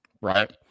right